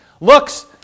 looks